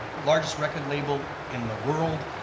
largest record label in the world.